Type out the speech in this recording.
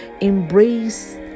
Embrace